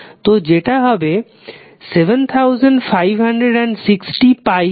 তো যেটা হবে 7560πt